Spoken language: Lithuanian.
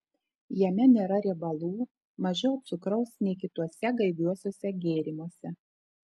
jame nėra riebalų mažiau cukraus nei kituose gaiviuosiuose gėrimuose